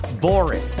boring